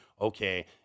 okay